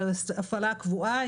בהפעלה הקבועה,